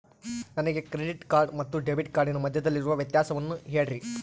ನನಗೆ credit card ಮತ್ತು debit ಕಾರ್ಡಿನ ಮಧ್ಯದಲ್ಲಿರುವ ವ್ಯತ್ಯಾಸವನ್ನು ಹೇಳ್ರಿ?